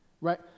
right